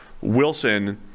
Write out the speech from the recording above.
Wilson